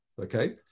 Okay